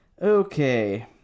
okay